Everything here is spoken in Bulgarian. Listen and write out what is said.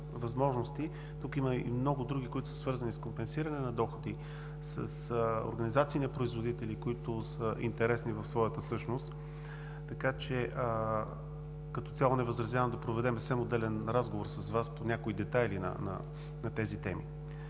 тук има и много други, които са свързани с компенсиране на доходи, с организации на производители, които са интересни в своята същност, така че като цяло не възразявам да проведем съвсем отделен разговор с Вас по някои детайли на тези теми.